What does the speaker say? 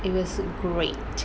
it was great